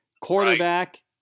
Quarterback